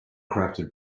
crafted